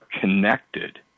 connected